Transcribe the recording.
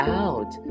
out